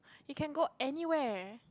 you can go anywhere